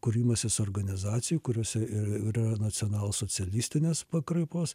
kūrimasis organizacijų kurios yra nacionalsocialistinės pakraipos